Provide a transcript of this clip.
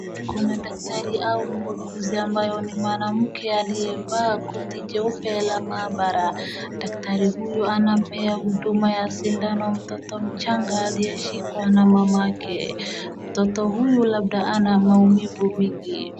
Kuna daktari au muuguzi ambayo ni mwanamke aliyevaa koti jeupe la maabara. Daktari huyu anampea huduma ya sindano mtoto mchanga aliyeshikwa na mamake. Mtoto huyu labda ana maumivu mingi.